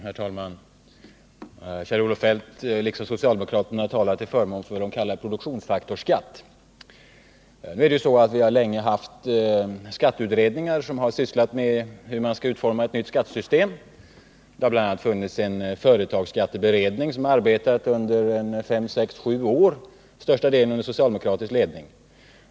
Herr talman! Kjell-Olof Feldt liksom socialdemokraterna i övrigt talar till förmån för vad de kallar produktionsfaktorsskatt. Vi har länge haft skatteutredningar som sysslat med att försöka finna ut hur man skall utforma ett nytt skattesystem. Det har bl.a. funnits en företagsskatteberedning som har arbetat i 5-6-7 år, största delen av tiden under socialdemokratisk ledning.